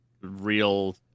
real